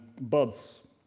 buds